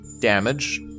damage